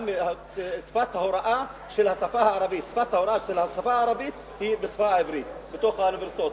גם שפת ההוראה של השפה הערבית היא השפה העברית בתוך האוניברסיטאות,